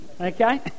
okay